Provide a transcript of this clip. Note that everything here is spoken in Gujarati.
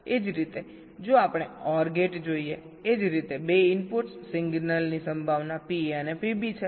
એ જ રીતે જો આપણે OR ગેટ જોઈએ એ જ રીતે 2 ઇનપુટ્સ સિગ્નલની સંભાવના PA અને PB છે